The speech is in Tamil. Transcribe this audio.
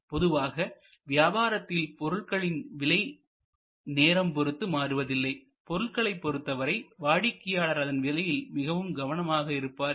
பொதுவாக வியாபாரத்தில் பொருட்களின் விலை நேரம் பொறுத்து மாறுவதில்லை பொருட்களை பொறுத்தவரை வாடிக்கையாளர்கள் அதன் விலையில் மிகவும் கவனமாக இருப்பார்கள்